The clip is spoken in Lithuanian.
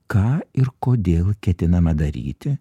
ką ir kodėl ketinama daryti